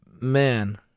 Man